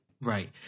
right